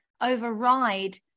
override